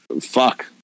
fuck